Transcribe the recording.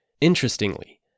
Interestingly